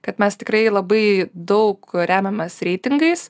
kad mes tikrai labai daug remiamės reitingais